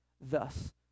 thus